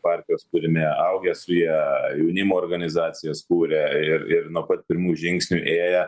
partijos kūrime augę su ja jaunimo organizacijas kūrę ir ir nuo pat pirmų žingsnių ėję